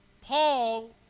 Paul